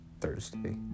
Thursday